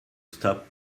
stop